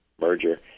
merger